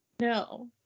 No